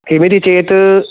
किमिति चेत्